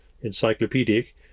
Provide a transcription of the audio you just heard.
encyclopedic